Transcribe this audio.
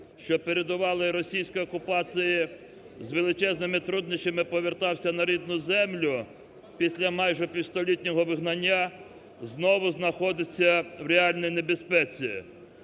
що передували російській окупації, з величезними труднощами повертався на рідну землю після майже півстолітнього вигнання, знову знаходиться в реальній небезпеці.